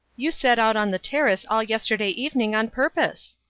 you sat out on the terrace all yesterday evening on purpose.